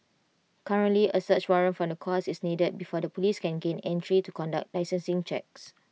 currently A search warrant from the courts is needed before the Police can gain entry to conduct licensing checks